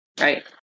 Right